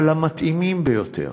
אבל המתאימים ביותר.